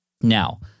Now